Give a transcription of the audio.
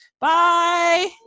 bye